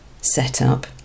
setup